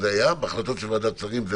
זה היה בהחלטות של ועדת שרים?